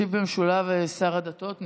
ישיב במשולב שר הדתות.